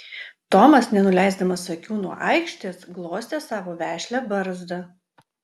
tomas nenuleisdamas akių nuo aikštės glostė savo vešlią barzdą